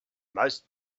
most